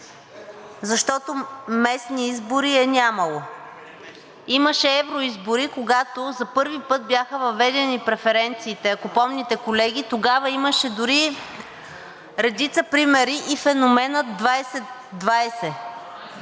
защото местни избори е нямало. Имаше евроизбори, когато за първи път бяха въведени преференциите. Ако помните, колеги, тогава имаше редица примери и дори феноменът 20/20.